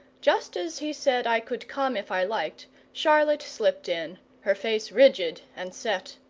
just as he said i could come if i liked, charlotte slipped in, her face rigid and set.